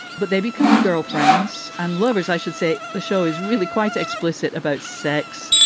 but they become girlfriends and lovers, i should say. the show is really quite explicit about sex,